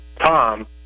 Tom